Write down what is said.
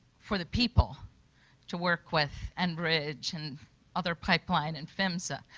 for the people to work with and bridge and other pipeline and phmsa,